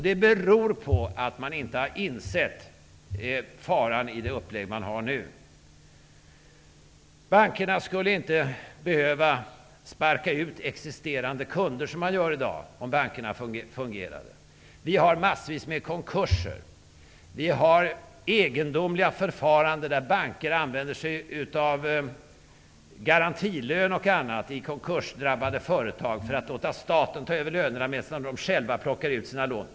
Det beror på att man inte har insett faran i det upplägg som man nu har. Bankerna skulle inte, om de fungerade, behöva sparka ut existerande kunder som man gör i dag. Vi har massvis med konkurser. Vi har egendomliga förfaranden där banker använder sig av garantilön och annat i konkursdrabbade företag för att låta staten ta över lönerna medan de själva plockar ut sina lån.